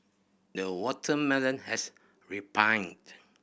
the watermelon has ripened